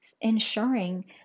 ensuring